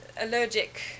allergic